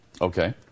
Okay